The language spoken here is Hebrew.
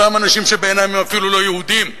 אותם אנשים שבעיני הם אפילו לא יהודים,